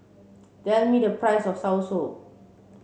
tell me the price of Soursop